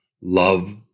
Love